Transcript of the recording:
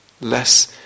Less